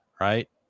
right